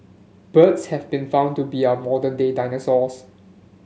birds have been found to be our modern day dinosaurs